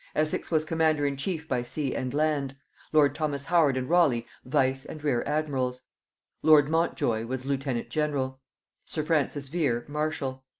essex was commander in chief by sea and land lord thomas howard and raleigh vice and rear admirals lord montjoy was lieutenant-general sir francis vere, marshal.